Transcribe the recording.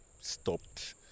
stopped